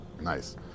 Nice